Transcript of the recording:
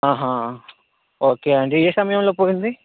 అహ ఓకే అండీ ఏ సమయంలో పోయింది